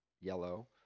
yellow